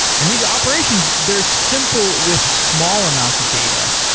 and these operations, they're simple with small amounts of data,